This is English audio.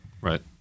Right